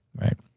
right